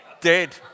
dead